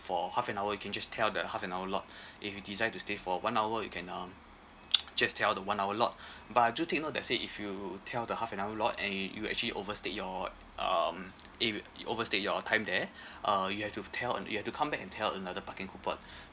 for half an hour you can just tear out the half an hour lot if you decide to stay for one hour you can um just tear out the one hour lot but do take note let's say if you tear out the half an hour lot and you you actually overstayed your um area overstayed your time there uh you have to tear out you have to come back and tear out another parking coupon